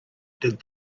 did